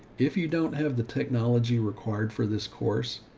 if you don't have the technology required for this course,